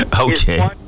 Okay